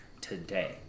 today